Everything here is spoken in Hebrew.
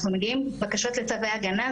אנחנו מגיעים עם בקשות לצווי הגנה,